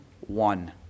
one